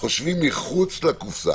חושבים מחוץ לקופסה.